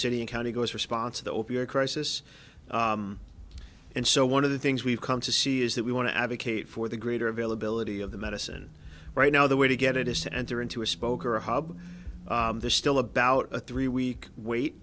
city and county goes response to the o p s crisis and so one of the things we've come to see is that we want to advocate for the greater availability of the medicine right now the way to get it is to enter into a spoke or a hub there's still about a three week wait